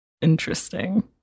interesting